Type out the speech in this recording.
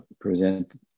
Present